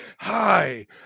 Hi